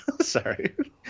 sorry